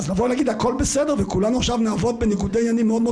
--- יש ניגוד עניינים --- צביקה.